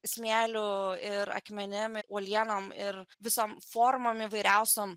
smėliu ir akmenim ir uolienom ir visom formom įvairiausiom